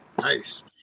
Nice